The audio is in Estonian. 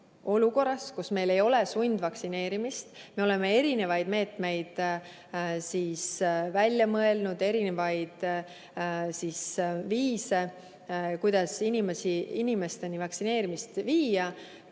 kus meil ei ole sundvaktsineerimist? Me oleme erinevaid meetmeid välja mõelnud, erinevaid viise, kuidas inimesteni vaktsineerimist viia,